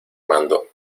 mando